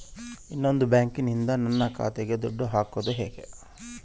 ಇನ್ನೊಂದು ಬ್ಯಾಂಕಿನಿಂದ ನನ್ನ ಖಾತೆಗೆ ದುಡ್ಡು ಹಾಕೋದು ಹೇಗೆ?